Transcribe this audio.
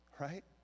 Right